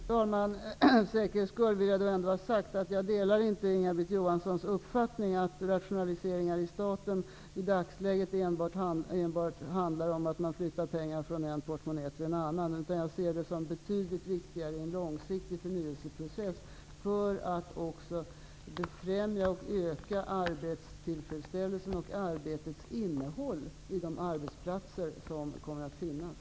Herr talman! Jag vill för säkerhets skull ha sagt att jag inte delar Inga-Britt Johanssons uppfattning att rationaliseringar inom staten i dagsläget enbart handlar om att flytta pengar från en portmonnä till en annan. Jag ser dem som betydligt viktigare i en långsiktig förnyelseprocess för att befrämja och öka arbetstillfredsställelsen och arbetets innehåll vid de arbetsplatser som kommer att finnas.